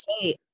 say